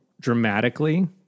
dramatically